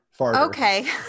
Okay